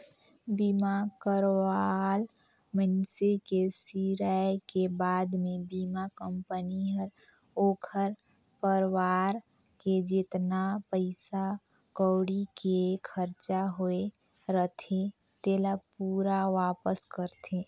बीमा करवाल मइनसे के सिराय के बाद मे बीमा कंपनी हर ओखर परवार के जेतना पइसा कउड़ी के खरचा होये रथे तेला पूरा वापस करथे